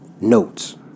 Notes